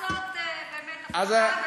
נצטרך לעשות באמת הפרדה,